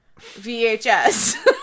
VHS